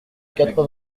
quatre